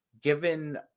given